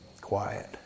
Quiet